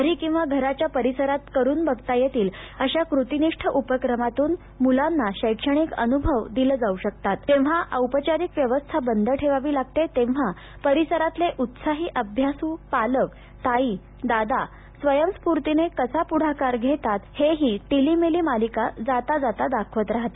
घरी किंवा घराच्या परिसरातच करून बघता येतील अशा कृतीनिष्ठ उपक्रमातून मुलांना शैक्षणिक अनुभव दिलं जाऊ शकतात जेव्हा औपचारिक व्यवस्था बंद ठेवावी लागते तेव्हा परिसरातले उत्साही अभ्यासू पालकताई दादा स्वयंस्फूर्तीने कसा पुढाकार घेतात हेही टिलीमिली मालिका जाताजाता दाखवत राहते